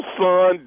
son